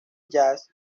jazz